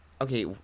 Okay